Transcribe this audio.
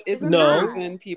No